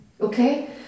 Okay